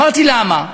אמרתי: למה?